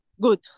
good